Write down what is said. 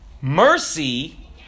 mercy